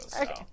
okay